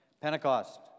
Pentecost